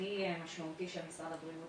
הכי משמעותי של משרד הבריאות